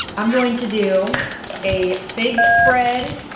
i'm going to do a fig spread,